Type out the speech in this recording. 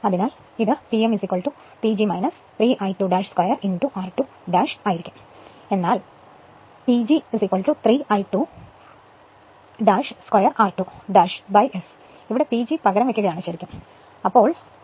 അതിനാൽ ഇത് Pm PG 3 I2 2 r2 ആയിരിക്കും എന്നാൽ PG 3 I2 2 r2 S ഇവിടെ PG പകരം വെയ്ക്കുക ആണ്